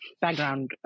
background